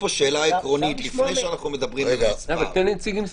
אני חושב שאנחנו מסתובבים פה